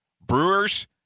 Brewers